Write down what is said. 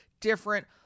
different